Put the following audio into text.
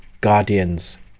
Guardians